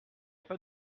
pas